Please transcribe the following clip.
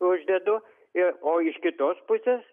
uždedu ir o iš kitos pusės